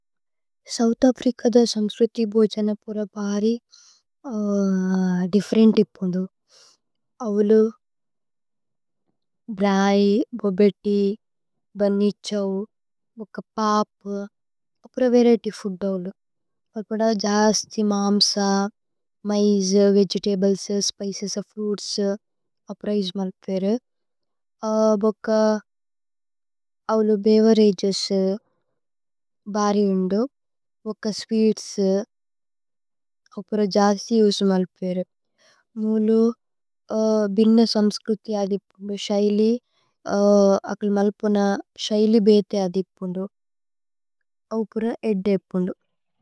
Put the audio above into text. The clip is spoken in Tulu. സോഉഥ് അഫ്രിച ദ സമ്സ്ക്രിതി ബോചനപുര ബരി। ദിഫ്ഫേരേന്തി പുന്ദു അവലു ബ്രാഇ ബോബേതി ബനിഛവു। മുക്ക പാപു അപുര വരിഏത്യ് ഫൂദ് അവലു അവല്। പുദ ജസ്ഥി മാമ്സ മൈജ് വേഗേതബ്ലേസ് സ്പിചേസ്। ഫ്രുഇത്സ് അപ്രൈസ് മല്പേരേ അവലു ബേവേരഗേസ് ബരി। വിന്ദു മുക്ക സ്വീത്സ് അപുര ജസ്ഥി യുജ് മല്പേരേ। മുലു ബിന സമ്സ്ക്രിതി അദിപുന്ദു ശൈലി അകല്। മല്പുന ശൈലി ബേതേ അദിപുന്ദു, അപുര ഏദ്ദേപുന്ദു।